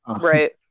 Right